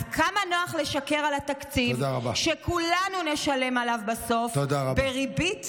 אז כמה נוח לשקר על התקציב שכולנו נשלם עליו בסוף בריבית-דריבית.